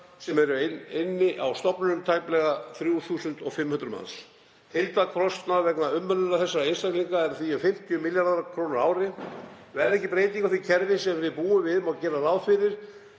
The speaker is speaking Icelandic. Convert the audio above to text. sem eru inni á stofnun tæplega 3.500 manns. Heildarkostnaður vegna umönnunar þessara einstaklinga er því um 50 milljarðar kr. á ári. Verði ekki breyting á því kerfi sem við búum við má gera ráð fyrir